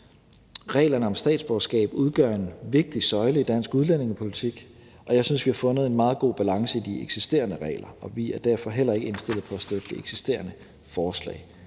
Reglerne om statsborgerskab udgør en vigtig søjle i dansk udlændingepolitik, og jeg synes, vi har fundet en meget god balance i de eksisterende regler. Vi er derfor heller ikke indstillet på at støtte det eksisterende forslag.